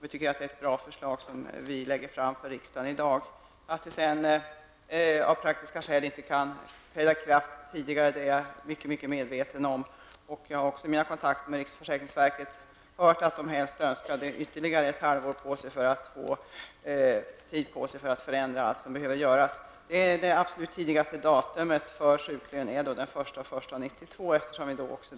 Vi tycker att det är ett bra förslag som läggs fram för riksdagen i dag. Att reformen av praktiska skäl inte kan träda i kraft tidigare är jag mycket medveten om. Jag har också i mina kontakter med riksförsäkringsverket erfarit att de hade önskat ytterligare ett halvår för att få tid på sig att göra erforderliga förändringar. Det absolut tidigaste datumet blir då den 1 januari 1992.